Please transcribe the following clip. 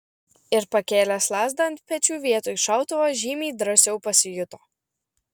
ir pakėlęs lazdą ant pečių vietoj šautuvo žymiai drąsiau pasijuto